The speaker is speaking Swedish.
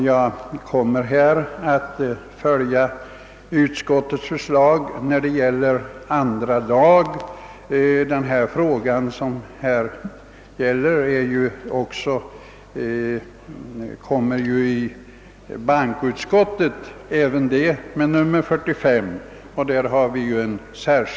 Jag kommer att stödja andra lagutskottets förslag i utskottets utåtande nr 45. Frågor rörande allmänna pensionsfonden behandlas även i det utlåtande från bankoutskottet — också med nr 45 — som står närmast på föredragningslistan.